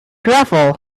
gravel